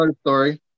story